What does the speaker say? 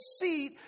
seat